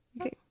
Okay